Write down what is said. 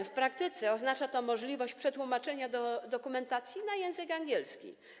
W praktyce oznacza to możliwość przetłumaczenia dokumentacji na język angielski.